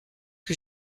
que